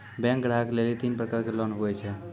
Bank ग्राहक के लेली तीन प्रकर के लोन हुए छै?